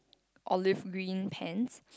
olive green pants